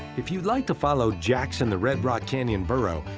if you'd like to follow jackson, the red rock canyon burro,